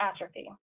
atrophy